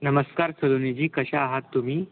नमस्कार सलोनीजी कशा आहात तुम्ही